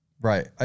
Right